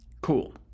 Cool